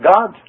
God